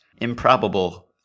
improbable